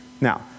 Now